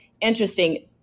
interesting